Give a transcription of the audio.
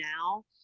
now